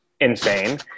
insane